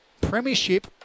premiership